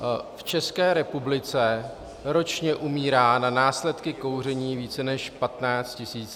V České republice ročně umírá na následky kouření více než 15 tisíc lidí.